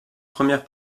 première